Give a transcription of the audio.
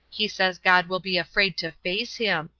he says god will be afraid to face him.